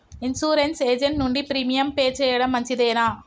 Insurance agent నుండి premium pay చేయడం మంచిదేనా?